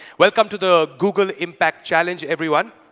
welcome to the google impact challenge, everyone.